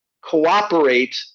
cooperate